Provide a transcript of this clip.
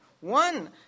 One